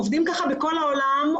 כך עובדים בכל העולם,